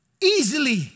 easily